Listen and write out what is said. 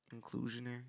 Inclusionary